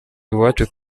iwacu